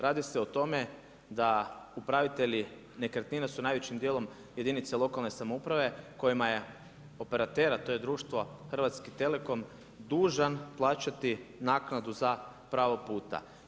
Radi se o tome da upravitelji nekretnina su najvećim dijelom jedinice lokalne samouprave kojima je operater a to je društvo, Hrvatski telekom dužan plaćati naknadu za pravo puta.